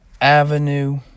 Avenue